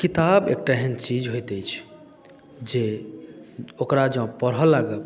किताब एकटा एहन चीज होइत अछि जे ओकरा जे पढऽ लागब